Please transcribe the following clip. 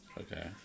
Okay